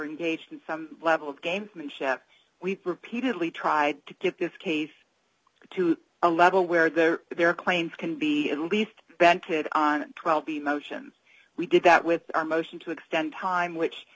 engaged in some level of gamesmanship we repeatedly tried to get this case to a level where their their claims can be at least vented on twelve emotions we did that with our motion to extend time which